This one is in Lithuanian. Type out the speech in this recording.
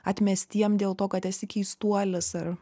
atmestiem dėl to kad esi keistuolis ar